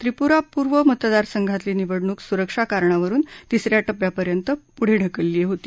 त्रिपुरा पूर्व मतदारसंघातली निवडणूक सुरक्षा कारणावरून तिसऱ्या टप्प्यापर्यंत पुढे ढकलली होती